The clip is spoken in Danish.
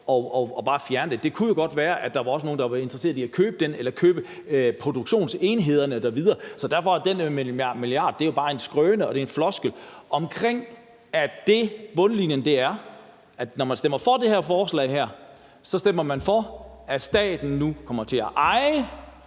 på bare at fjerne det. Det kunne godt være, at der var nogen, der var interesseret i at købe det eller købe produktionsenhederne. Så det med 1 mia. kr. er jo bare en skrøne og en floskel. Bundlinjen er, at når man stemmer for det her forslag, stemmer man for, at staten nu kommer til at eje